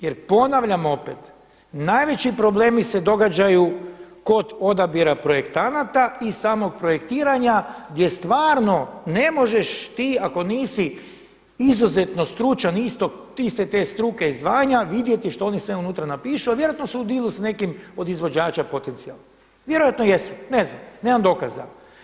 Jer ponavljam opet, najveći problemi se događaju kod odabira projektanata i samog projektiranja gdje stvarno ne možeš ti ako nisi izuzetno stručan iste te struke i zvanja vidjeti što oni sve unutra napišu, a vjerojatno su u dilu s nekim od izvođača potencijalnih, vjerojatno jesu ne znam, nemam dokaza.